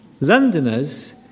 Londoners